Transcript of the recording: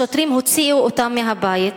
השוטרים הוציאו אותם מהבית,